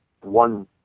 one